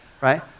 Right